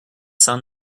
sun